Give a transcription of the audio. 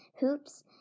Hoops